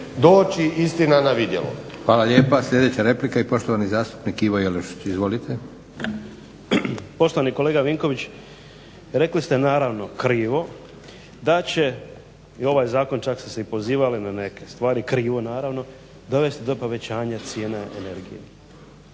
Josip (SDP)** Hvala lijepa. Sljedeća replika i poštovani zastupnik Ivo Jelušić. Izvolite. **Jelušić, Ivo (SDP)** Poštovani kolega Vinković, rekli ste naravno krivo da će ovaj zakon čak ste se i pozivali na neke stvari krivo naravno dovesti do povećanja cijene energije.